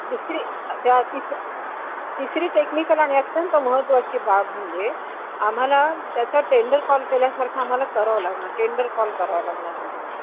दुसरी द्या तिस तिसरी टेक्निकल आणि अत्यंत महत्त्वाची बाब म्हणजे आम्हाला त्याचा टेंडर कॉल केल्यासारखं आम्हाला करावं लागणार टेंडर कॉल करावं लागणार आम्हाला